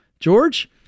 George